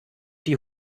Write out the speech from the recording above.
die